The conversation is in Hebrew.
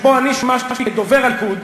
אני שימשתי אז כדובר הליכוד,